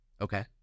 Okay